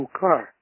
car